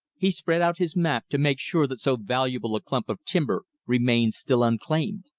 he spread out his map to make sure that so valuable a clump of timber remained still unclaimed.